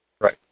Right